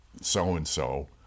so-and-so